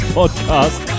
podcast